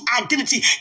identity